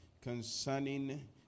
concerning